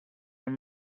and